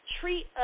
treat